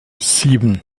sieben